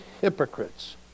hypocrites